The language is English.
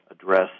address